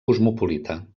cosmopolita